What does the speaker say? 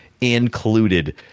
included